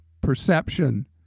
perception